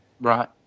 Right